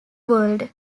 world